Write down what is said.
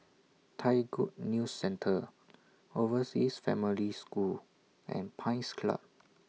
Thai Good News Centre Overseas Family School and Pines Club